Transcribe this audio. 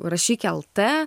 rašyk lt